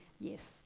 Yes